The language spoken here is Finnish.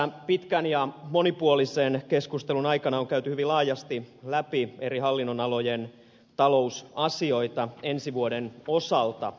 tässä pitkän ja monipuolisen keskustelun aikana on käyty hyvin laajasti läpi eri hallinnonalojen talousasioita ensi vuoden osalta